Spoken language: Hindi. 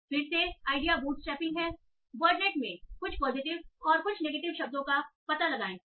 तो फिर से आइडिया बूटस्ट्रैपिंग है वर्ड़नेट में कुछ पॉजिटिव और नेगेटिव सेंटीमेंट शब्दों का पता लगाएं